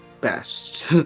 best